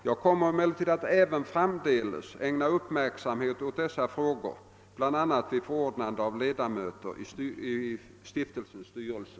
Jag kommer emellertid att även framdeles ägna uppmärksamhet åt dessa frågor bl.a. vid förordnande av ledamöter i stiftelsens styrelse.